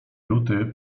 luty